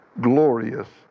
glorious